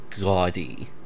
gaudy